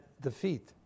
defeat